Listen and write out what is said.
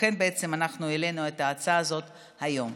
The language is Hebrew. לכן בעצם אנחנו העלינו את ההצעה הזאת היום.